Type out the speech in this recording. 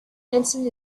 hansen